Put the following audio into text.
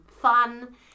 fun